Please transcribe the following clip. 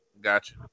Gotcha